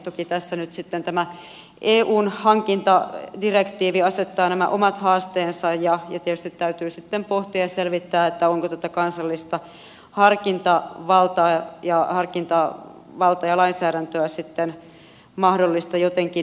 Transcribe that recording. toki tässä nyt sitten tämä eun hankintadirektiivi asettaa nämä omat haasteensa ja tietysti täytyy sitten pohtia ja selvittää onko tätä kansallista harkintavaltaa ja lainsäädäntöä sitten mahdollista jotenkin hyödyntää